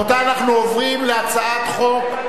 אדוני היושב-ראש, אני הצבעתי